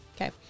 Okay